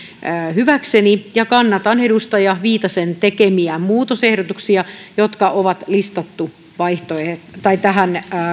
hyväkseni ja kannatan edustaja viitasen tekemiä muutosehdotuksia jotka on listattu tähän